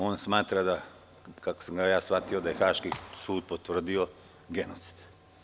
On smatra da, kako sam ga ja shvatio, da je Haški sud potvrdio genocid.